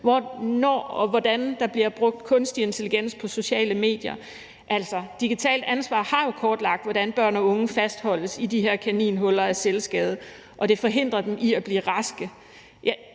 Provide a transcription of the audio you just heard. hvornår og hvordan der bliver brugt kunstig intelligens på sociale medier. Altså, Digitalt Ansvar har jo kortlagt, hvordan børn og unge fastholdes i de her kaninhuller af selvskade, og det forhindrer dem i at blive raske.